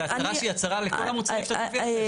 זה הצהרה שהיא הצהרה לכל המשלוחים שתביא אחרי